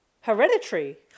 Hereditary